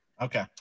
Okay